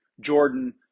Jordan